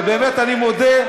באמת אני מודה.